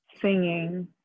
Singing